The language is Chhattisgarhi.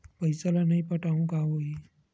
पईसा ल नई पटाहूँ का होही?